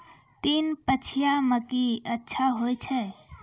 तीन पछिया मकई अच्छा होय छै?